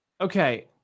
okay